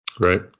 Right